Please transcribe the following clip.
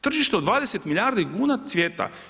Tržište od 20 milijardi kuna cvjeta.